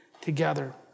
together